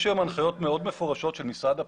היום הנחיות מאוד מפורשות של משרד הפנים,